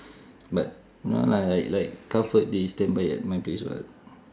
but no lah like comfort they standby at my place [what]